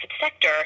sector